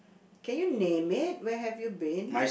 can you name it where have you been